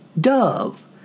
dove